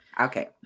Okay